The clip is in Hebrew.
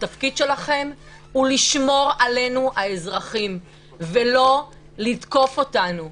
התפקיד שלכם הוא לשמור עלינו האזרחים ולא לתקוף אותנו.